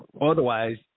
Otherwise